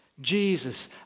jesus